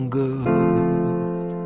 good